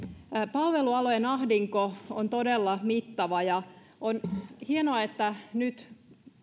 palvelualojen ahdinko on todella mittava ja on hienoa että nyt